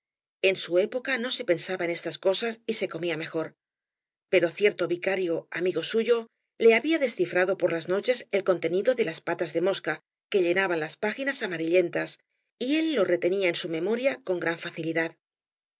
en su época no se pensaba en estas cosas y se comía mejor pero cierto vicario amigo suyo le había descifrado por las noches el contenido de las patas de mosca que llenaban las páginas amarillentas y él lo retenía en su memoria con gran facilidad